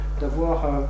d'avoir